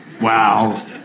Wow